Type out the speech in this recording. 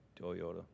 Toyota